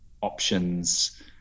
options